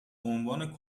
عنوان